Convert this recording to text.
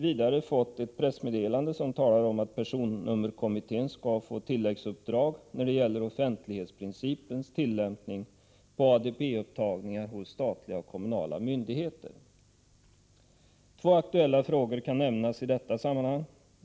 Vidare har regeringen skickat ut ett pressmeddelande, i vilket man talar om att personnummerkommittén skall få tilläggsuppdrag när det gäller Två aktuella frågor kan nämnas i detta sammanhang.